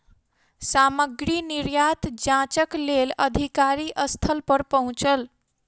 सामग्री निर्यात जांचक लेल अधिकारी स्थल पर पहुँचल